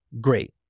Great